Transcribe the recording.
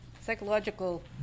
psychological